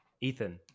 Ethan